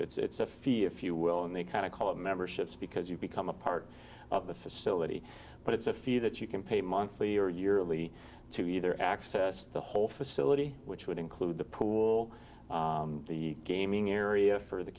to it's a fee if you will and they kind of call it memberships because you become a part of the facility but it's a fee that you can pay monthly or yearly to either access the whole facility which would include the pool the gaming area for the